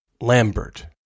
Lambert